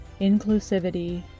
inclusivity